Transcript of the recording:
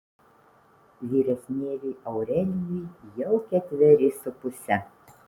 vyresnėliui aurelijui jau ketveri su puse